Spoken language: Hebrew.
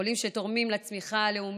עולים תורמים לצמיחה הלאומית,